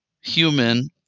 human